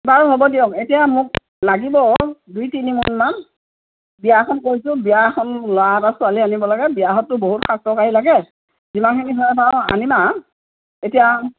বাৰু হ'ব দিয়ক এতিয়া মোক লাগিব দুই তিনি মোনমান বিয়া এখন কৰিছোঁ বিয়া এখন ল'ৰা এটাৰ ছোৱালী আনিব লাগে বিয়াঘৰততো বহুত শাক তৰকাৰী লাগে যিমানখিনি হয় আনিম আৰু এতিয়া